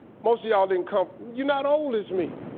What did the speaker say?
most of y'all didn't come from, you're not old as me.